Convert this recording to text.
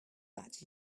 that